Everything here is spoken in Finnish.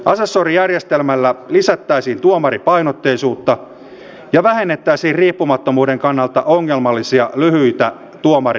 asessorijärjestelmällä lisättäisiin tuomaripainotteisuutta ja vähennettäisiin riippumattomuuden kannalta ongelmallisia lyhyitä tuomarinimityksiä